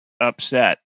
upset